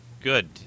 good